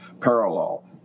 parallel